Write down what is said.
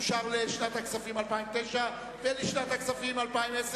אני קובע שסעיף 80 אושר לשנת הכספים 2009. לשנת הכספים 2010,